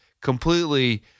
completely